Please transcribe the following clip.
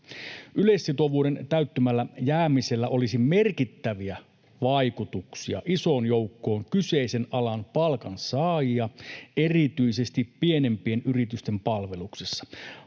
Yleissitovuuden täyttymättä jäämisellä olisi merkittäviä vaikutuksia isoon joukkoon kyseisen alan palkansaajia, erityisesti pienempien yritysten palveluksessa.